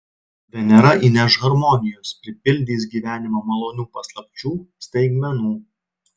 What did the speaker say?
venera įneš harmonijos pripildys gyvenimą malonių paslapčių staigmenų